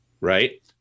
right